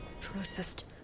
processed